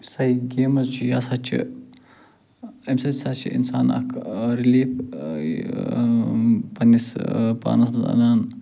یُس ہسا یہِ گیمٕز چھِ یہِ ہسا چھِ أمۍ سۭتۍ ہسا چھِ اِنسان اَکھ رٔلیٖف پَنٛنِس پانَس منٛز اَنان